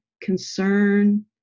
concern